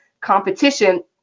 competition